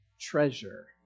treasure